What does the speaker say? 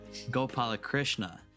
Gopalakrishna